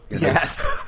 yes